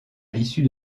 l’issue